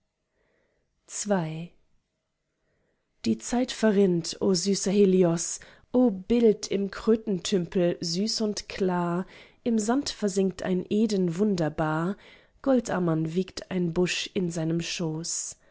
die zeit verrinnt o süßer helios o bild im krötentümpel süß und klar im sand versinkt ein eden wunderbar goldammern wiegt ein busch in seinem schoß